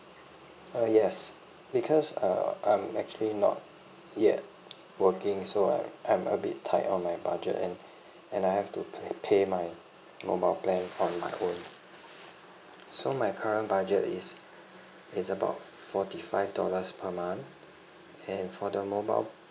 uh yes because uh I'm actually not yet working so I I'm a bit tight on my budget and and I have to p~ pay my mobile plan on my own so my current budget is it's about forty five dollars per month and for the mobile